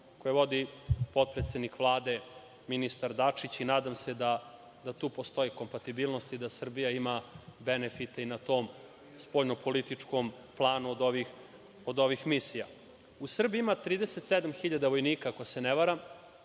koje vodi potpredsednik Vlade, ministar Dačić, i nadam se da tu postoji kompatibilnost i da Srbija ima benefite i na tom spoljno-političkom planu od ovih misija.U Srbiji ima 37.000 vojnika, ako se ne varam,